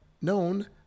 known